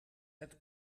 het